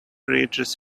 reaches